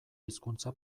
hizkuntza